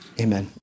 amen